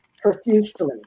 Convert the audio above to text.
profusely